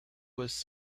was